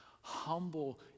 Humble